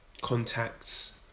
contacts